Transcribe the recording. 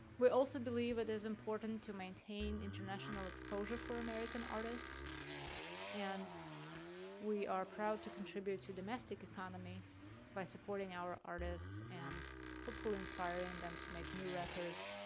we also believe it is important to maintain international exposure for american artists and we are proud to contribute to domestic economy by supporting our artists and hopefully inspiring them to make new records,